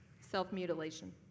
self-mutilation